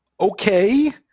Okay